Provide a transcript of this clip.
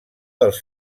dels